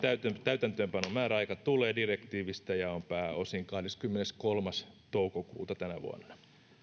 täytäntöönpanon määräaika tulee direktiivistä ja on pääosin kahdeskymmeneskolmas toukokuuta tänä vuonna